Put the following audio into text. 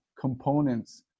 components